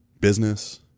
business